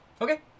Okay